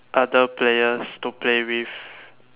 other players to play with